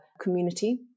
community